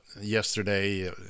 yesterday